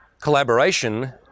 collaboration